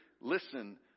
listen